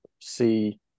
see